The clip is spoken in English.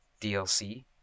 DLC